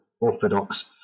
orthodox